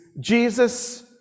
Jesus